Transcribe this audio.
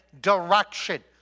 direction